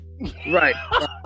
Right